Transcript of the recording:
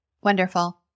Wonderful